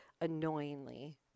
annoyingly